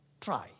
Try